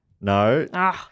No